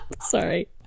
sorry